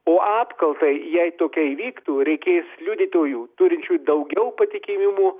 o apkaltai jei tokia įvyktų reikės liudytojų turinčių daugiau patikimimų